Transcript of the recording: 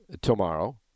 tomorrow